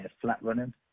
flat-running